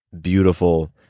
beautiful